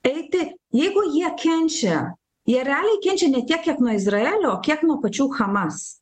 eiti jeigu jie kenčia jie realiai kenčia ne tiek kiek nuo izraelio kiek nuo pačių chamas